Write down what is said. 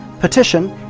petition